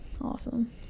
awesome